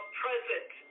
present